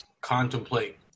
contemplate